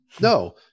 No